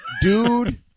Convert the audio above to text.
Dude